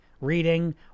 reading